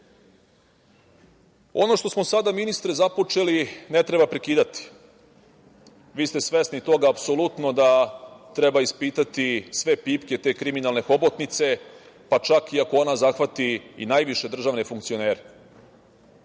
što smo sada, ministre, započeli ne treba prekidati. Vi ste svesni toga apsolutno da treba ispitati sve pipke te kriminalne hobotnice, pa čak i ako ona zahvati i najviše državne funkcionere